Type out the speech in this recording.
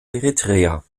eritrea